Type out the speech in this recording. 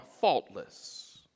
faultless